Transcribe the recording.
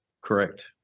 Correct